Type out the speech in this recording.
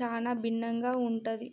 చానా భిన్నంగా ఉంటాది